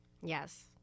Yes